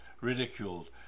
ridiculed